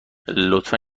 لطفا